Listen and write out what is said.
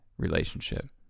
relationship